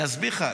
אני אסביר לך.